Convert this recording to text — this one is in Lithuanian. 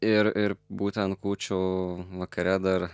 ir ir būtent kūčių vakare dar